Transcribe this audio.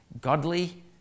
godly